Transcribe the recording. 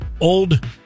old